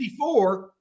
54